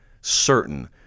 certain